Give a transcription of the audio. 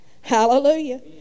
Hallelujah